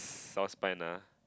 South Spine ah